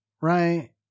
right